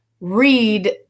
read